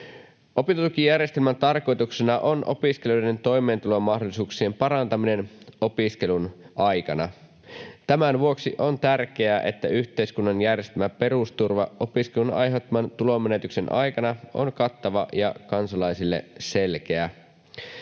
Opintotukijärjestelmän tarkoituksena on opiskelijoiden toimeentulomahdollisuuksien parantaminen opiskelun aikana. Tämän vuoksi on tärkeää, että yhteiskunnan järjestämä perusturva opiskelun aiheuttaman tulonmenetyksen aikana on kattava ja kansalaisille selkeä.